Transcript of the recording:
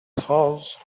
house